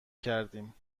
کردیم